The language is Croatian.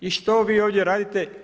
I što vi ovdje radite?